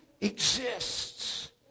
exists